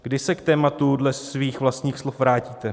Kdy se k tématu dle svých vlastních slov vrátíte?